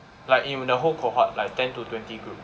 like in the whole cohort like ten to twenty group